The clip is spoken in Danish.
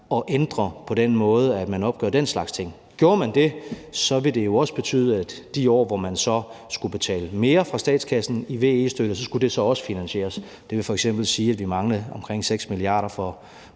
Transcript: at ændre på den måde, man opgør den slags ting på. Gjorde man det, ville det jo også betyde, at i de år, hvor man så skulle betale mere fra statskassen i VE-støtte, skulle det også finansieres. Det ville f.eks. sige, at vi manglede omkring 6 mia. kr.